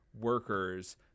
workers